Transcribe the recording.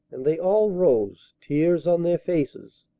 and they all rose, tears on their faces.